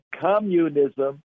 communism